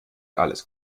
alles